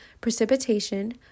precipitation